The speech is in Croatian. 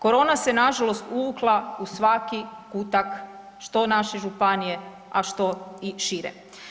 Korona se nažalost uvukla u svaki kutak, što naše županije, a što i šire.